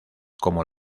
como